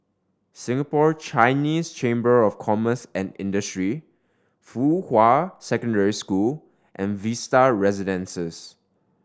Singapore Chinese Chamber of Commerce and Industry Fuhua Secondary School and Vista Residences